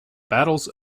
battles